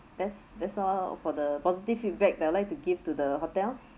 that's that's all for the positive feedback that I would like to give to the hotel